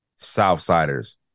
Southsiders